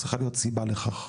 צריכה להיות סיבה לכך.